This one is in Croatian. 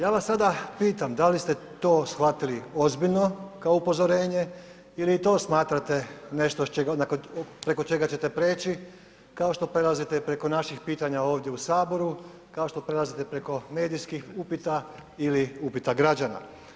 Ja vas sada pitam da li ste to shvatili ozbiljno kao upozorenje ili i to smatrate nešto preko čega ćete prijeći kao što prelazite preko naših pitanja ovdje u Saboru, kao što prelazite preko medijskih upita ili upita građana?